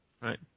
Right